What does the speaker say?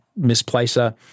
misplacer